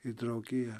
į draugiją